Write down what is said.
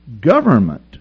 government